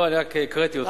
לא, אני רק הקראתי אותם.